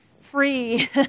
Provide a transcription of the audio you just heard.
free